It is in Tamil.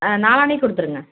ஆ நாளான்னைக்கு கொடுத்துடுங்க